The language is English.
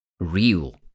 Real